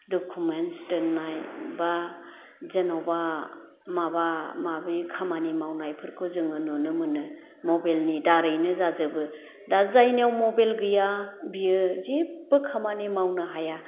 documents दोन्नाय बा जेन'बा माबा माबि खामानि मावनायफोरखौ जोङो नुनो मोनो मबेलनि दारैनो जाजोबो दा जायनिआव मबेल गैया बियो जेबबो खामानि मावनो हाया